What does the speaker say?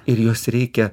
ir juos reikia